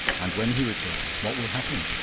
and when he returns, what will happen?